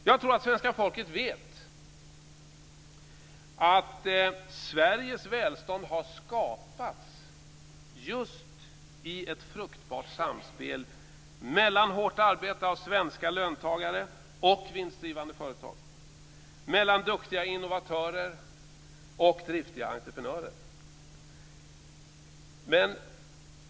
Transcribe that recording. Jag tror att svenska folket vet att Sveriges välstånd har skapats just i ett fruktbart samspel mellan hårt arbete av svenska löntagare och vinstdrivande företag, mellan duktiga innovatörer och driftiga entreprenörer.